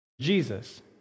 Jesus